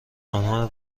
آنها